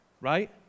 right